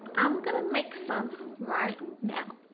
i'm gonna make some right now.